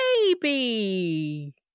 baby